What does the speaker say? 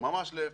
ממש להיפך.